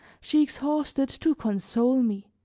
she exhausted to console me